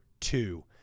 two